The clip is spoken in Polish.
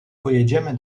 pojedziemy